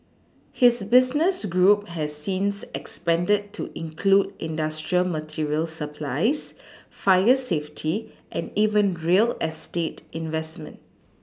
his business group has since expanded to include industrial material supplies fire safety and even real estate investment